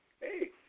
hey